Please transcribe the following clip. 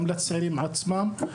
גם לצעירים עצמם.